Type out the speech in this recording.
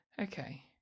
okay